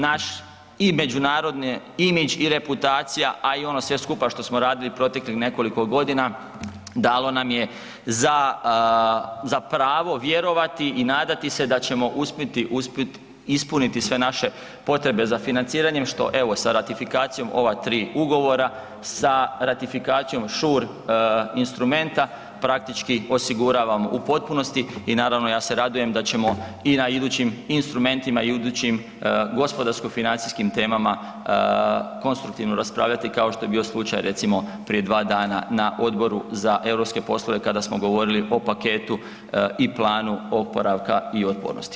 Naš i međunarodni imidž i reputacija, a i ono sve skupa što smo radili proteklih nekoliko godina dalo nam je za, za pravo vjerovati i nadati se da ćemo uspjeti, uspjet ispuniti sve naše potrebe za financiranjem, što evo sa ratifikacijom ova 3 ugovora, sa ratifikacijom shore instrumeta, praktički osiguravamo u potpunosti i naravno ja se radujem da ćemo i na idućim instrumentima i u idućim gospodarsko financijskim temama konstruktivno raspravljati kao što je bio slučaj recimo prije 2 dana na Odboru za europske poslove kada smo govorili o paketu i planu oporavka i otpornosti.